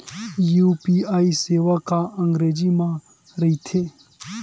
UPI सेवा का अंग्रेजी मा रहीथे?